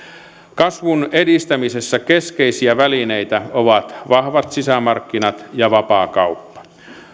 kasvun edistämisessä keskeisiä välineitä ovat vahvat sisämarkkinat ja vapaakauppa